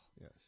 yes